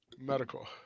Medical